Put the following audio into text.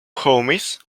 homies